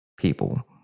people